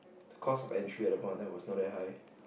the cost of entry at that point of time was not that high